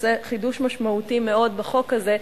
זה חידוש משמעותי מאוד בחוק הזה,